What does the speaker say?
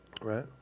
right